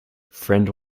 friend